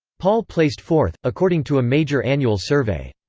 paul placed fourth, according to a major annual survey.